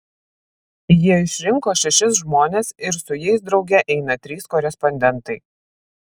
jie išrinko šešis žmones ir su jais drauge eina trys korespondentai